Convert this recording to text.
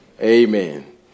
Amen